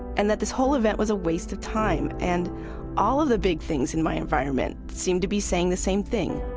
and that this whole event was a waste of time, and all of the big things in my environment seemed to be saying the same thing